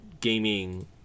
gaming